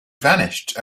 vanished